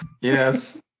Yes